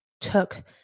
took